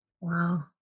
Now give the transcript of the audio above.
Wow